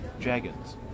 dragons